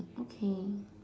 okay